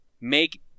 make